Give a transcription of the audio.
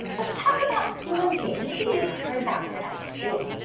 let's talk about fluency, maybe you've heard that word at school.